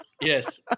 Yes